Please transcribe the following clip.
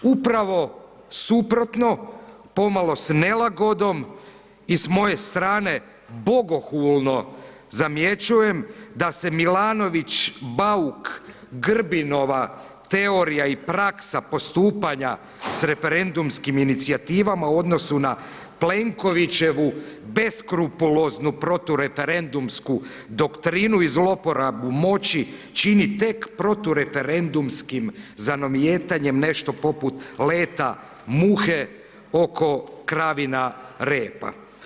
Upravo suprotno, pomalo s nelagodom i s moje strane bogohulno zamjećujem da se Milanović, Bauk, Grbinova teorija i praksa postupanja s referendumskim inicijativama u odnosu na Plenkovićevu beskrupuloznu protureferendumsku doktrinu i zlouporabu moći čini tek protureferendumskim zanovijetanjem, nešto poput leta muhe oko kravina repa.